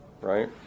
right